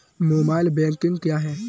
Mobile banking क्या है?